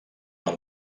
del